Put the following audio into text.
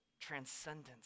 transcendence